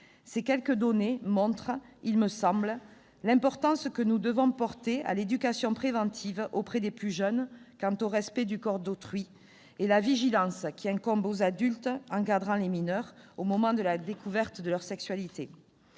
Ces quelques données montrent, me semble-t-il, l'importance que nous devons porter à l'éducation préventive auprès des plus jeunes quant au respect du corps d'autrui, et la vigilance qui incombe aux adultes encadrant les mineurs au moment de la découverte de leur sexualité.